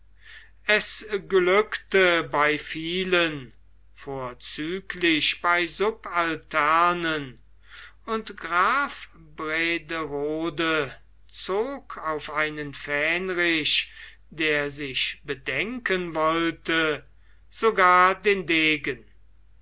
es glückte bei vielen vorzüglich bei subalternen und graf brederode zog auf einen fähndrich der sich bedenken wollte sogar den degen